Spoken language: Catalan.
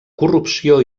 corrupció